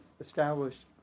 established